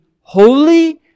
holy